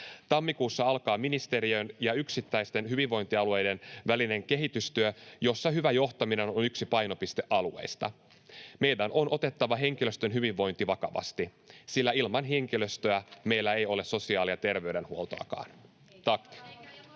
Tammikuussa alkaa ministeriön ja yksittäisten hyvinvointialueiden välinen kehitystyö, jossa hyvä johtaminen on yksi painopistealueista. Meidän on otettava henkilöstön hyvinvointi vakavasti, sillä ilman henkilöstöä meillä ei ole sosiaali- ja terveydenhuoltoakaan.